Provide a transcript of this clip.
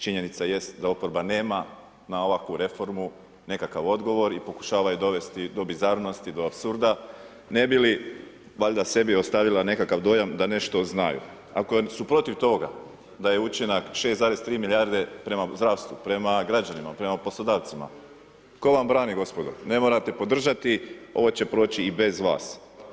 Činjenica jest da oporba nema na ovakvu reformu nekakav odgovor i pokušava je dovesti do bizarnosti, do apsurda ne bili valjda sebi ostavila nekakav dojam da nešto znaju ako je su protiv toga da je učinak 6,3 milijarde prema zdravstvu, prema poslodavcima, tko vam brani, gospodo, ne morate podržati, ovo će proći i bez vas.